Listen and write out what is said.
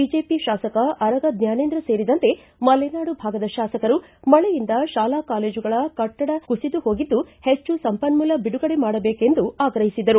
BJP ಶಾಸಕ ಅರಗ ಜ್ವಾನೇಂದ್ರ ಸೇರಿದಂತೆ ಮಲೆನಾಡು ಭಾಗದ ಶಾಸಕರು ಮಳೆಯಿಂದ ಶಾಲಾ ಕಾಲೇಜುಗಳ ಕಟ್ಟಡ ಕುಸಿದು ಹೋಗಿದ್ದು ಹೆಚ್ಚು ಸಂಪನ್ಮೂಲ ಬಿಡುಗಡೆ ಮಾಡಬೇಕೆಂದು ಆಗ್ರೆಹಿಸಿದರು